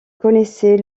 connaissait